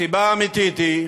הסיבה האמיתית היא,